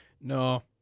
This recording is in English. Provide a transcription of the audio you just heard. No